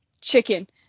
Chicken